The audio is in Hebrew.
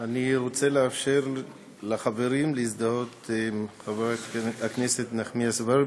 אני רוצה לאפשר לחברים להזדהות עם חברת הכנסת נחמיאס ורבין.